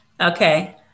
Okay